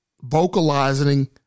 vocalizing